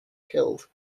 killed